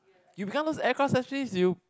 you become those aircraft specialist you